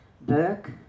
Burke